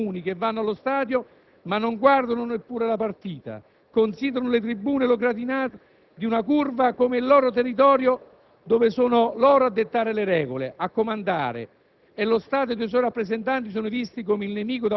come tra i tifosi si celino delinquenti comuni che vanno allo stadio ma non guardano neppure la partita, considerano le tribune o le gradinate di una curva come il loro territorio, dove sono loro a dettare le regole, a comandare,